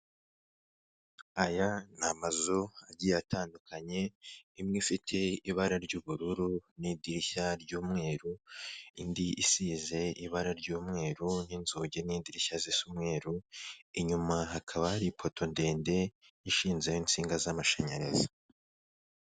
Aya ni amazu agiye atandukanye imwe ifite ibara ry'ubururu n'idirishya ry'umweru, indi isize ibara ry'umweru n'inzugi n'indirishya zisa umweru, inyuma hakaba hari ipoto ndende ishinzeho insinga z'amashanyarazi.